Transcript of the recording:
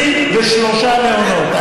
23 מעונות.